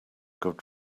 good